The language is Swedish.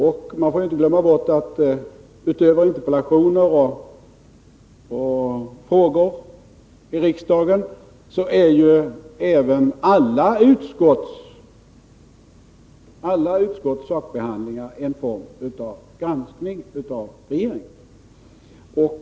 Man får Onsdagen den inte glömma bort att utöver interpellationer och frågor i riksdagen är även all 25 maj 1983 sakbehandling i utskotten en form av granskning av regeringen.